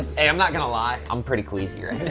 hey, i'm not gonna lie. i'm pretty queasy.